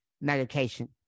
medication